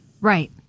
right